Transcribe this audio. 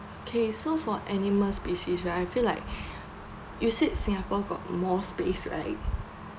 okay so for animal species where I feel like you said singapore got more space right